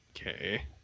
okay